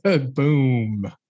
boom